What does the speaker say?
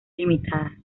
limitadas